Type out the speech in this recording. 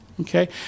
Okay